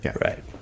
Right